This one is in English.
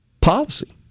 policy